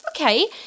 okay